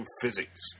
physics